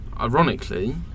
Ironically